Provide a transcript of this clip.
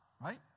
right